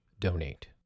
donate